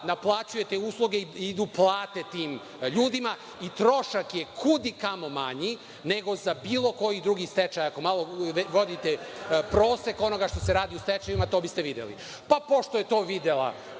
naplaćuje te usluge i idu plate tim ljudima i trošak je kud i kamo manji, nego sa bilo kojih drugih stečaja. Ako malo vodite prosek onoga što se radi u stečajevima, to bi ste videli. Pošto je to videla